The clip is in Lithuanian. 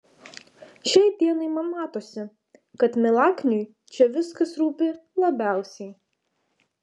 šiai dienai man matosi kad milakniui čia viskas rūpi labiausiai